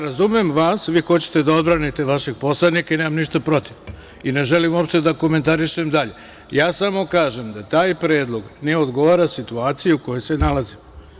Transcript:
Razumem vas, vi hoćete da odbranite vašeg poslanika i nemam ništa protiv i ne želim uopšte da komentarišem dalje, samo kažem da taj predlog ne odgovara situaciji u kojoj se nalazimo.